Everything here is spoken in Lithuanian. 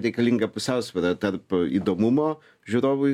reikalinga pusiausvyra tarp įdomumo žiūrovui